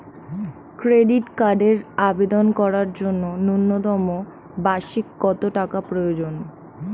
Credit কার্ডের আবেদন করার জন্য ন্যূনতম বার্ষিক কত টাকা প্রয়োজন?